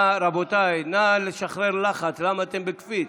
רבותיי, נא לשחרר לחץ, למה אתם בקפיץ?